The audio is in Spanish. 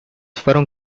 fueron